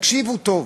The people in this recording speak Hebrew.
תקשיבו טוב,